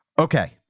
Okay